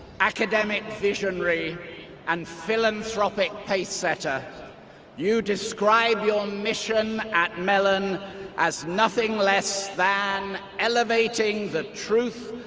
academic visionary and philanthropic pacesetter you describe your mission at mellon as nothing less than elevating the truth,